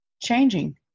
changing